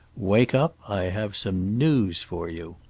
wake up. i have some news for you.